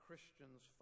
Christians